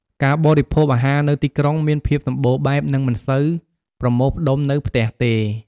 ការបរិភោគអាហារនៅទីក្រុងមានភាពសម្បូរបែប និងមិនសូវប្រមូលផ្ដុំនៅផ្ទះទេ។